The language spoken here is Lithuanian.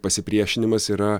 pasipriešinimas yra